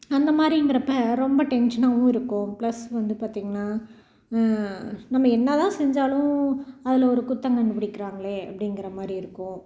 அந்த மாதிரிங்கிறப்ப ரொம்ப டென்ஷனாகவும் இருக்கும் ப்ளஸ் வந்து பார்த்திங்கன்னா நம்ம என்ன தான் செஞ்சாலும் அதில் ஒரு குற்றம் கண்டுப்பிடிக்குறாங்களே அப்படிங்குற மாதிரி இருக்கும்